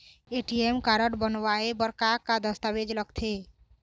ATM card बनवाए बर का का दस्तावेज लगथे?